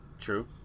True